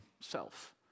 self